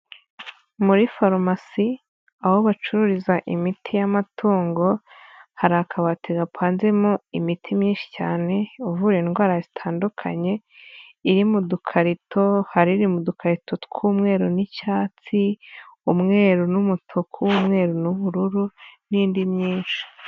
Muri farumasi aho bacururiza imiti y'amatungo, hari akabati gapanzemo imiti myinshi cyane ivura indwara zitandukanye, iri mu dukarito hari iRi mu dukarito tw'umweru n'icyatsi, umweru n'umutuku, umweru n'ubururu n'indi myinshi.